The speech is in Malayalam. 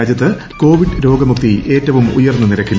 രാജ്യത്ത് കോവിഡ് രോഗമുക്തി ഏറ്റവും ഉയർന്ന നിരക്കിൽ